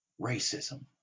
racism